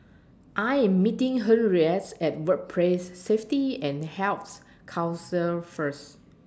I Am meeting Henriettes At Workplace Safety and Health Council First